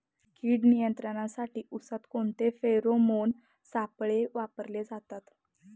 कीड नियंत्रणासाठी उसात कोणते फेरोमोन सापळे वापरले जातात?